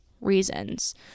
reasons